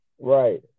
Right